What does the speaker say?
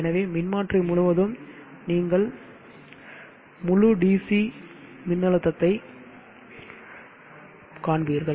எனவே மின்மாற்றி முழுவதும் நீங்கள் முழு DC பஸ் மின்னழுத்தத்தைக் காண்பீர்கள்